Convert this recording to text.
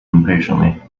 impatiently